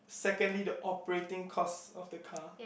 secondly the operating cost of the car